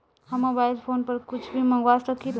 हम mobile phone पर कुछ भी मंगवा सकिला?